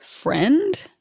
friend